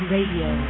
Radio